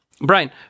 Brian